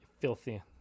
Filthy